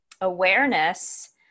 awareness